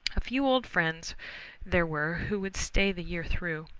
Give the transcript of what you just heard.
a few old friends there were who would stay the year through.